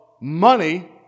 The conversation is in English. money